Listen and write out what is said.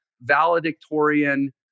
valedictorian